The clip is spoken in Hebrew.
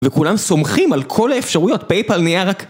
וכולם סומכים על כל האפשרויות, פייפאל נהיה רק...